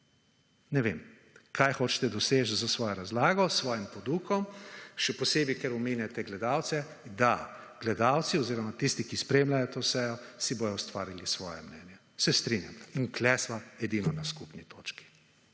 Ne vem, kaj hočete doseči s svojo razlago, s svojim podukom, še posebej, ker omenjate gledalce, da gledalci oziroma tisti, ki spremljajo to sejo, si bojo ustvarili svoje mnenje. Se strinjam. In tle sva edino na skupni točki.